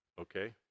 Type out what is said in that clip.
okay